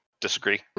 Disagree